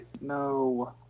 no